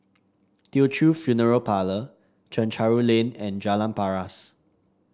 Teochew Funeral Parlour Chencharu Lane and Jalan Paras